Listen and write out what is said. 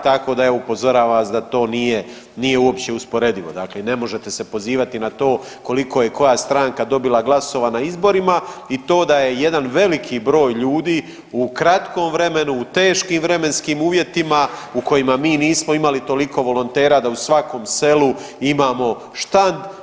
Tako da upozoravam vas da to nije uopće usporedivo, dakle i ne možete se pozivati na to koliko je koja stranka dobila glasova na izborima i to da je jedan veliki broj ljudi u kratkom vremenu, u teškim vremenskim uvjetima u kojima mi nismo imali toliko volontera da u svakom selu imamo štand.